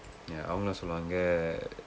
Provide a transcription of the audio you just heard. ya அவங்களும் சொல்லுவாங்க:avangalum soluvaanga